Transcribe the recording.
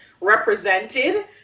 represented